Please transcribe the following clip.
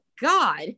God